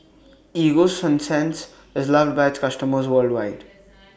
Ego Sunsense IS loved By its customers worldwide